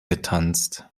getanzt